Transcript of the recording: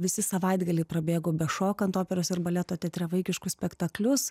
visi savaitgaliai prabėgo bešokant operos ir baleto teatre vaikiškus spektaklius